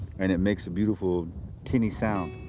and it makes a beautiful tinny sound.